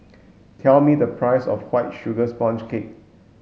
tell me the price of white sugar sponge cake